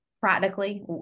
practically